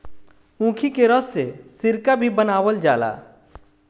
ऊखी के रस से सिरका भी बनावल जाला